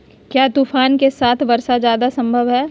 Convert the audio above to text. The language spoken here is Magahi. क्या तूफ़ान के साथ वर्षा जायदा संभव है?